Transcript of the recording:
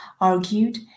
argued